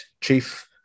chief